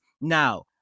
Now